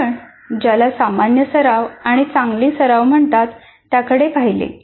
आपण ज्याला सामान्य सराव आणि चांगली सराव म्हणतात त्याकडे पाहिले